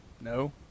No